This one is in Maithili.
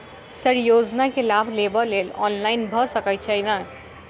सर योजना केँ लाभ लेबऽ लेल ऑनलाइन भऽ सकै छै नै?